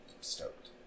stoked